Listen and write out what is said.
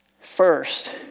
First